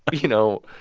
but you know,